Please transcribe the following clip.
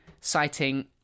citing